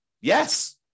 Yes